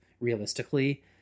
realistically